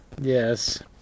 Yes